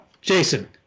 Jason